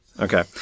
Okay